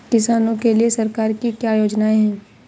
किसानों के लिए सरकार की क्या योजनाएं हैं?